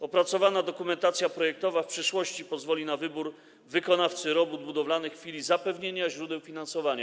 Opracowana dokumentacja projektowa w przyszłości pozwoli na wybór wykonawcy robót budowlanych w chwili zapewnienia źródeł finansowania.